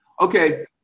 Okay